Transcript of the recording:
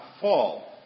fall